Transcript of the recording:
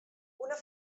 una